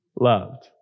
loved